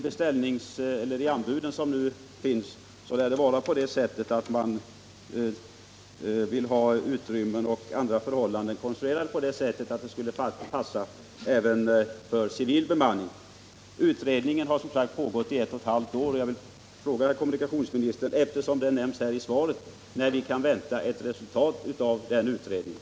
Det lär vara så, att man i de anbudshandlingar som finns vill ha olika utrymmen m.m. utformade så, att de skulle passa även för civilbemanning. Utredningen har som sagt pågått i ett och ett halvt år, och jag vill fråga kommunikationsministern — eftersom saken nämns i svaret — när vi kan vänta ett resultat av den utredningen.